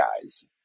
guys